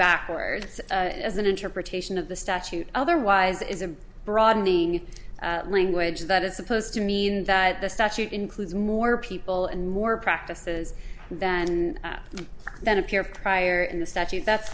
backwards as an interpretation of the statute otherwise it is a broadening language that is supposed to mean that the statute includes more people and more practices that and then appear prior in the statute that's